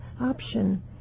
option